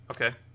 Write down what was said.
Okay